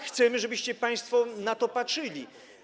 Chcemy, żebyście państwo tak na to patrzyli.